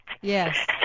Yes